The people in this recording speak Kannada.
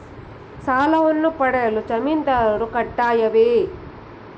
ಸಾಲವನ್ನು ಪಡೆಯಲು ಜಾಮೀನುದಾರರು ಕಡ್ಡಾಯವೇ?